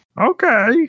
Okay